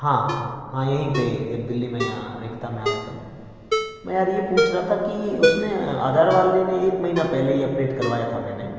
ہاں ہاں ہاں یہیں پہ جب دہلی میں یہاں ریختہ میں آیا تب میں یار یہ پوچھ رہا تھا کہ اس نے آدھار والے نے ایک مہینہ پہلے ہی اپ ڈیٹ کروایا تھا میں نے